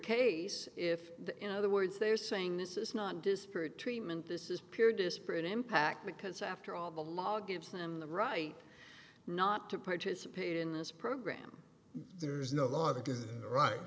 case if the in other words they're saying this is not disparate treatment this is pure disparate impact because after all the law gives them the right not to participate in this program there is no law